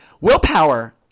Willpower